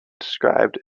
described